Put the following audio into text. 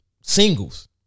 Singles